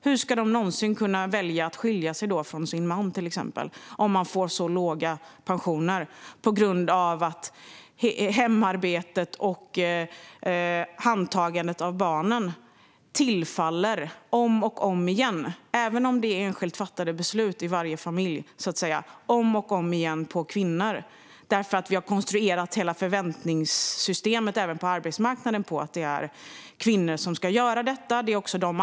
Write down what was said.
Hur ska de någonsin kunna välja att skilja sig från sin man, till exempel, om de får så låga pensioner på grund av att hemarbetet och omhändertagandet av barnen om och om igen tillfaller kvinnorna - även om det är enskilt fattade beslut i varje familj - därför att vi har konstruerat hela förväntningssystemet även på arbetsmarknaden på att det är kvinnor som ska göra detta?